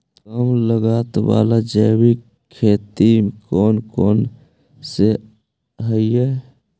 कम लागत वाला जैविक खेती कौन कौन से हईय्य?